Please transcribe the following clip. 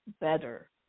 better